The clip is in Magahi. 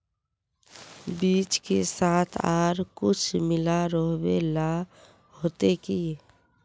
बीज के साथ आर कुछ मिला रोहबे ला होते की?